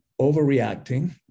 overreacting